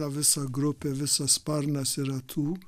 o visa grupė visas sparnas yra tų